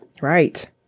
Right